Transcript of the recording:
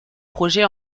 projet